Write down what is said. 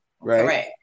Right